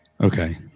Okay